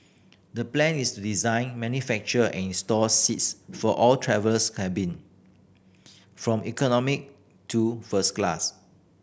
the plan is to design manufacture and install seats for all traveller's cabin from economy to first class